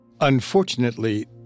Unfortunately